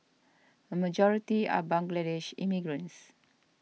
a majority are Bangladeshi immigrants